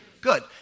Good